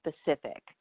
specific